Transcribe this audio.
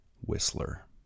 Whistler